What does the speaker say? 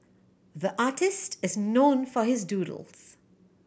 the artist is known for his doodles